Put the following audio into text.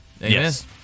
yes